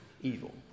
evil